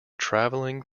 traveling